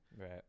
Right